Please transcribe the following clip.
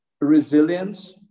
resilience